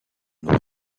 nos